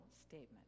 statement